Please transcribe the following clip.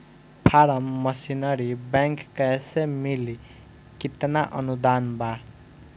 Form machinery bank कैसे मिली कितना अनुदान बा?